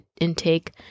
intake